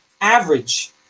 average